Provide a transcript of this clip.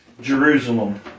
Jerusalem